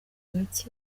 gake